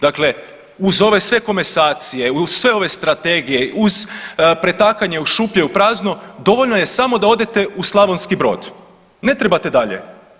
Dakle, uz ove sve komasacije uz sve ove strategije uz pretakanje iz šupljeg u prazno dovoljno je samo da odete u Slavonski Brod, ne trebate dalje.